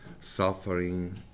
suffering